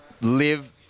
live